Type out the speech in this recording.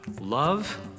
love